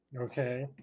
Okay